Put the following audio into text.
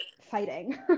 fighting